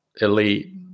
elite